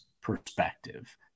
perspective